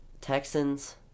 Texans